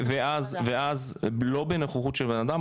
ואז לא בנוכחות של הבנאדם,